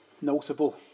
notable